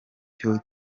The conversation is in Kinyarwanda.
cyo